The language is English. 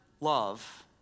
love